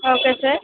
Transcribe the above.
okay sir